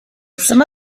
some